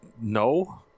No